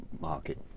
market